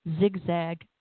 Zigzag